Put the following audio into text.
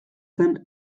zen